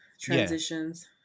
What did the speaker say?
transitions